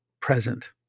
present